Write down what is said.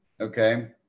okay